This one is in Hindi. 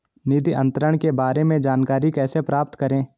निधि अंतरण के बारे में जानकारी कैसे प्राप्त करें?